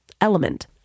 Element